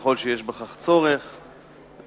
ככל שיש בכך צורך וכדומה.